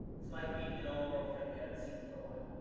it's like meeting an old girlfriend you haven't seen for a while.